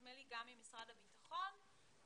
ונדמה לי גם במשרד הביטחון - ביקשו